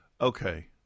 Okay